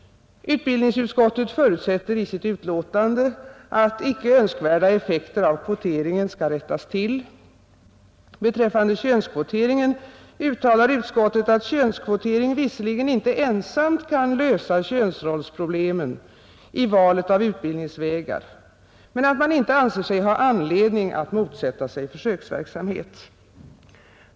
Utbildningsutskottet förutsätter att icke önskvärda effekter av kvoteringen skall rättas till. Beträffande könskvoteringen uttalar utskottet att könskvotering visserligen inte ensam kan lösa könsrollsproblemen i valet av utbildningsvägar men att man inte anser sig ha anledning att motsätta sig försöksverksamhet.